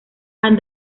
han